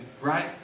right